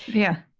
yeah.